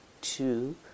two